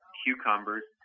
cucumbers